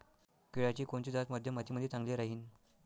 केळाची कोनची जात मध्यम मातीमंदी चांगली राहिन?